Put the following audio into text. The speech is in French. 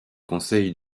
conseils